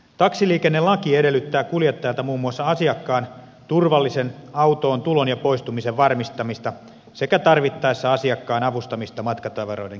taksiliikennelaki edellyttää kuljettajalta muun muassa asiakkaan turvallisen autoon tulon ja poistumisen varmistamista sekä tarvittaessa asiakkaan avustamista matkatavaroiden käsittelyssä